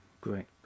great